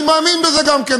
אני מאמין בזה גם כן,